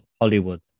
Hollywood